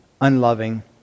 unloving